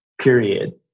period